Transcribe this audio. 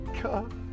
God